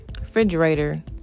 refrigerator